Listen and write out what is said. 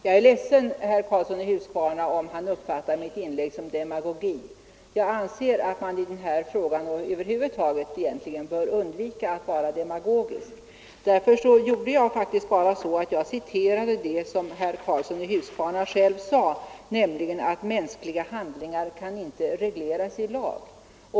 Jag är ledsen om herr Karlsson i Huskvarna uppfattar mitt inlägg som demagogi. Jag anser att man över huvud taget — och inte minst i den här frågan — bör undvika att vara demagogisk. Därför citerade jag bara vad herr Karlsson själv sade, nämligen att mänskliga handlingar inte kan regleras i lag.